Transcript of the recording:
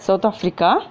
South Africa